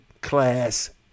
class